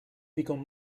become